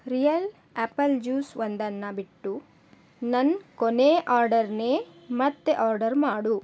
real apple juice ಒಂದನ್ನು ಬಿಟ್ಟು ನನ್ನ ಕೊನೆಯ ಆರ್ಡರನ್ನೇ ಮತ್ತೆ ಆರ್ಡರ್ ಮಾಡು